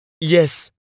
Yes